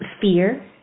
fear